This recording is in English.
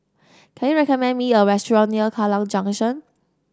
can you recommend me a restaurant near Kallang Junction